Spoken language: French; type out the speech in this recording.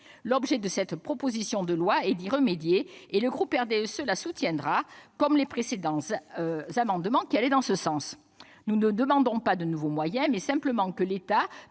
L'objet de cette proposition de loi est d'y remédier. Le groupe du RDSE la soutiendra, comme les précédents amendements qui allaient en ce sens. Nous demandons non pas de nouveaux moyens, mais simplement que l'État